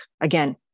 again